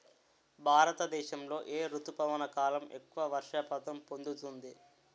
భారతదేశంలో ఏ రుతుపవన కాలం ఎక్కువ వర్షపాతం పొందుతుంది?